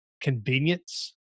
convenience